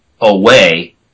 away